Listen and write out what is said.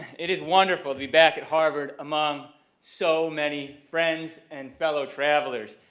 it is wonderful to be back at harvard among so many friends and fellow travelers.